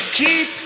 keep